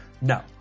no